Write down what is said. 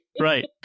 Right